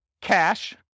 cash